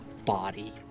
body